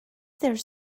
there